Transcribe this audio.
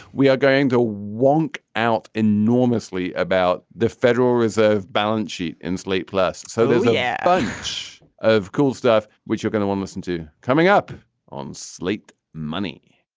we are going to wonk out enormously about the federal reserve's balance sheet and slate plus so there's a yeah bunch of cool stuff which you're going to want listen to coming up on slate money